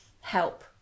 help